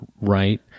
right